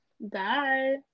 Bye